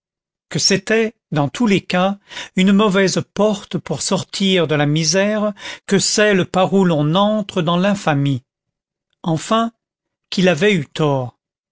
que c'était dans tous les cas une mauvaise porte pour sortir de la misère que celle par où l'on entre dans l'infamie enfin qu'il avait eu tort